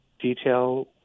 detail